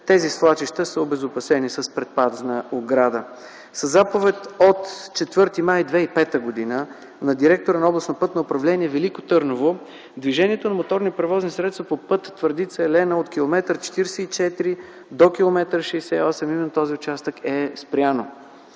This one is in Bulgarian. Тези свлачища са обезопасени с предпазна ограда. Със заповед от 4 май 2005 г. на директора на Областно пътно управление – Велико Търново, движението на моторни превозни средства по път Твърдица – Елена от километър 44 до километър 68, а именно този участък, е спряно.